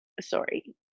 sorry